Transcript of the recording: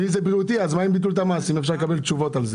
ואם זה בריאותי, מה קורה עם זה?